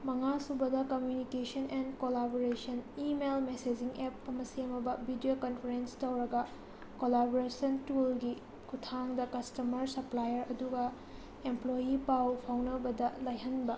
ꯃꯉꯥꯁꯨꯕꯗ communication and collaboration email messaging app ꯑꯃ ꯁꯦꯝꯃꯕ ꯕꯤꯗꯤꯑꯣ ꯀꯝꯐꯔꯦꯟꯁ ꯇꯧꯔꯒ ꯀꯣꯂꯥꯕꯣꯔꯦꯁꯟ ꯇꯨꯜꯒꯤ ꯈꯨꯠꯊꯥꯡꯗ ꯀꯁꯇꯃꯔ ꯁꯞꯄ꯭ꯂꯥꯏꯌꯔ ꯑꯗꯨꯒ ꯑꯦꯝꯄ꯭ꯂꯣꯏꯌꯤ ꯄꯥꯎ ꯐꯥꯎꯅꯕꯗ ꯂꯥꯏꯍꯟꯕ